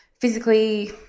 physically